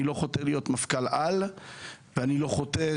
אני לא חותר להיות מפכ"ל על ואני לא חותר